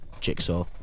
jigsaw